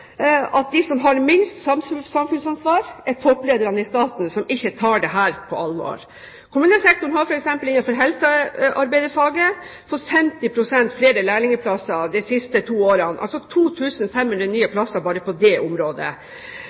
de som har minst samfunnsansvar, er topplederne i staten, som ikke tar dette på alvor. Kommunesektoren har f.eks. innenfor helsearbeiderfaget fått 50 pst. flere lærlingplasser de siste to årene – altså 2 500 nye plasser bare på det området.